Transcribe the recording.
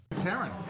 Karen